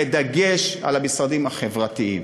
בדגש על המשרדים החברתיים.